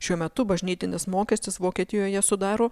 šiuo metu bažnytinis mokestis vokietijoje sudaro